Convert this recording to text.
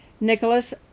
Nicholas